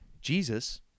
Jesus